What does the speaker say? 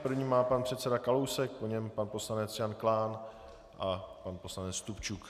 První má pan předseda Kalousek, po něm pan poslanec Jan Klán a pan poslanec Stupčuk.